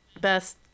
best